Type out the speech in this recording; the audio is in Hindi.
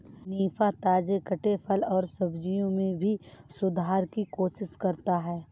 निफा, ताजे कटे फल और सब्जियों में भी सुधार की कोशिश करता है